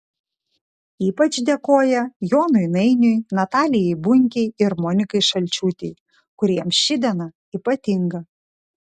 ypač dėkoja jonui nainiui natalijai bunkei ir monikai šalčiūtei kuriems ši diena ypatinga